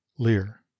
Lear